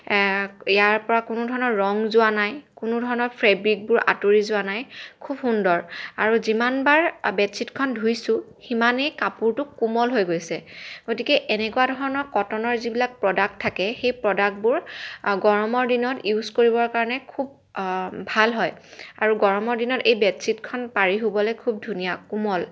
ইয়াৰ পৰা কোনো ধৰণৰ ৰং যোৱা নাই কোনো ধৰণৰ ফেব্ৰিকবোৰ আঁতৰি যোৱা নাই খুব সুন্দৰ আৰু যিমানবাৰ বেডশ্বীটখন ধুইছোঁ সিমানেই কাপোৰটো কোমল হৈ গৈছে গতিকে এনেকুৱা ধৰণৰ কটনৰ যিবিলাক প্ৰডাক্ট থাকে সেই প্ৰডাক্টবোৰ গৰমৰ দিনত ইউজ কৰিবৰ কাৰণে খুব ভাল হয় আৰু গৰমৰ দিনত এই বেডশ্বীটখন পাৰি শুবলৈ খুব ধুনীয়া কোমল